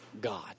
God